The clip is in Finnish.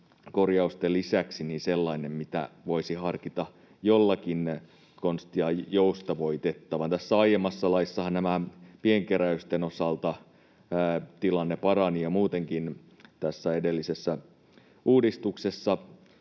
korjausten lisäksi sellainen, mitä voisi harkita jollakin konstia joustavoitettavan. Tässä aiemmassa laissahan tilanne parani pienkeräysten osalta, ja muutenkin tässä edellisessä uudistuksessa